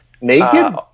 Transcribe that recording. Naked